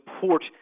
support